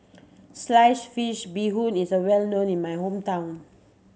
sliced fish Bee Hoon Soup is well known in my hometown